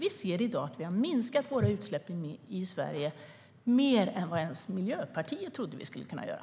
I Sverige har vi i dag minskat våra utsläpp mer än vad ens Miljöpartiet trodde att vi skulle kunna göra.